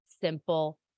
simple